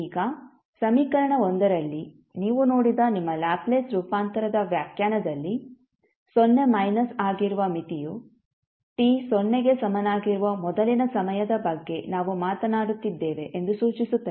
ಈಗ ಸಮೀಕರಣ ರಲ್ಲಿ ನೀವು ನೋಡಿದ ನಿಮ್ಮ ಲ್ಯಾಪ್ಲೇಸ್ ರೂಪಾಂತರದ ವ್ಯಾಖ್ಯಾನದಲ್ಲಿ ಸೊನ್ನೆ ಮೈನಸ್ ಆಗಿರುವ ಮಿತಿಯು t ಸೊನ್ನೆಗೆ ಸಮನಾಗಿರುವ ಮೊದಲಿನ ಸಮಯದ ಬಗ್ಗೆ ನಾವು ಮಾತನಾಡುತ್ತಿದ್ದೇವೆ ಎಂದು ಸೂಚಿಸುತ್ತದೆ